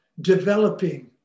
developing